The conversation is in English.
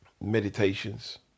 meditations